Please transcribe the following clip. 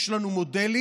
יש לנו מודלים,